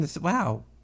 Wow